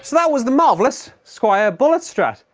so that was the marvellous squire bullet strat.